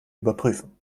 überprüfen